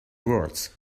words